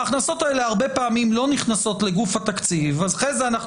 ההכנסות האלה הרבה פעמים לא נכנסות לגוף התקציב ואחרי זה אנחנו